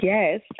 Yes